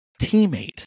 teammate